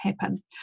happen